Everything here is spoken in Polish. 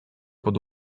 pod